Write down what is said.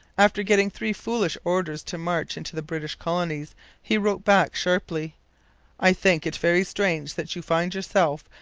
after getting three foolish orders to march into the british colonies he wrote back sharply i think it very strange that you find yourself,